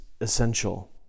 essential